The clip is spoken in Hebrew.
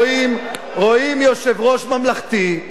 רואים יושב-ראש ממלכתי,